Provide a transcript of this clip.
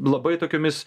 labai tokiomis